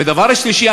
ודבר שלישי,